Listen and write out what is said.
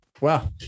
Wow